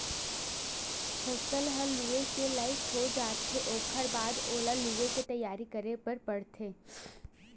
फसल ह लूए के लइक हो जाथे ओखर बाद ओला लुवे के तइयारी करे बर परथे